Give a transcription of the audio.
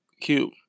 Cube